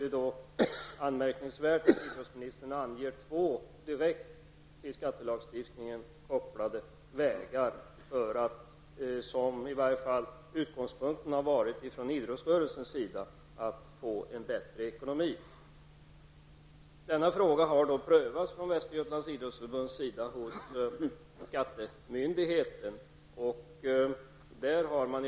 Det är anmärkningsvärt att idrottsministern anger två direkt till skattelagstiftningen kopplade vägar för att, som utgångspunkten har varit från idrottsrörelsens sida, få en bättre ekonomi. Denna fråga har prövats för Västergötlands idrottsförbund hos skattemyndigheten.